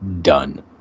done